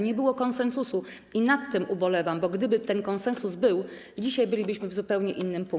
Nie było konsensusu i nad tym ubolewam, bo gdyby ten konsensus był, dzisiaj bylibyśmy w zupełnie innym punkcie.